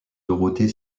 dorothée